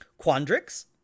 Quandrix